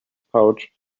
pouch